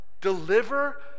deliver